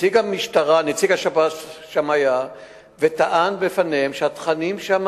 נציג השב"ס היה שם וטען בפניהם שהתכנים שם